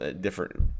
different